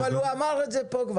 הוא כבר אמר פה,